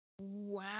Wow